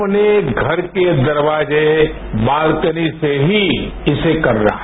अपने घर के दरवाजे बालकनी से ही इसे करना है